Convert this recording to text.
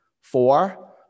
Four